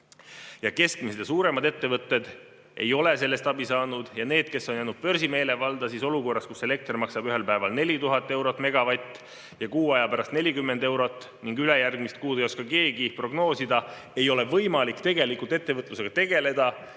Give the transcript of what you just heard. Keskmised ja suuremad ettevõtted ei ole sellest abi saanud. Nendel, kes on jäänud börsi meelevalda olukorras, kus elekter maksab ühel päeval 4000 eurot megavatt ja kuu aja pärast 40 eurot ning ülejärgmist kuud ei oska keegi prognoosida, ei ole tegelikult võimalik ettevõtlusega tegeleda.